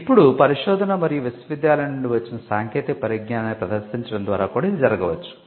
ఇప్పుడు పరిశోధన మరియు విశ్వవిద్యాలయం నుండి వచ్చిన సాంకేతిక పరిజ్ఞానాన్ని ప్రదర్శించడం ద్వారా కూడా ఇది జరగవచ్చు